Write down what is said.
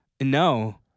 no